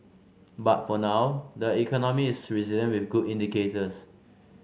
but for now the economy is resilient with good indicators